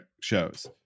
shows